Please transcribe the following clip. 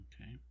Okay